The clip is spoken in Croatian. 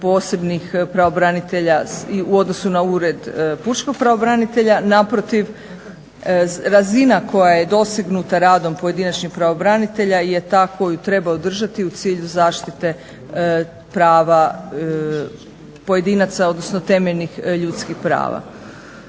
posebnih pravobraniteljau odnosu na Ured pučkog pravobranitelja. Naprotiv, razina koja je dosegnuta radom pojedinačnih pravobranitelja je ta koju treba održati u cilju zaštite prava pojedinaca, odnosno temeljnih ljudskih prava.